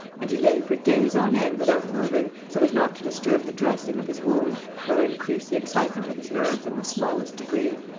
and he lay for days on end without moving, so as not to disturb the dressing of his wound nor increase the excitement of his nerves in the smallest degree.